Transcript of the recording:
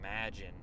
imagine